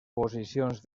posicions